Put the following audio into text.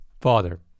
father